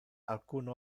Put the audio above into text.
alcun